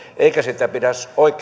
eikä sitä oikeutta pidä